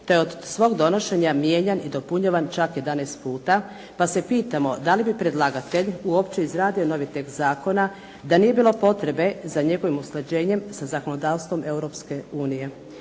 je od svog donošenja mijenjan i dopunjivan čak 11 puta, pa se pitamo da li bi predlagatelj uopće izradio novi tekst zakona da nije bilo potrebe za njegovim usklađenjem sa zakonodavstvom Europske unije.